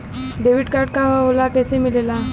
Debit card का होला कैसे मिलेला?